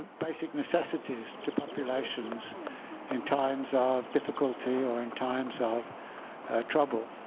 basic necessities to populations in times of difficulty or in times of trouble